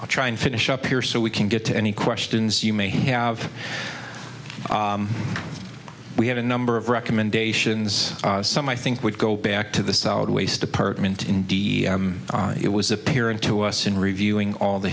i'll try and finish up here so we can get to any questions you may have we have a number of recommendations some i think would go back to the solid waste department in d it was apparent to us in reviewing all the